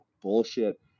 bullshit